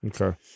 Okay